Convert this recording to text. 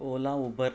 ola Uber